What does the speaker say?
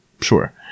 sure